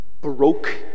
Baroque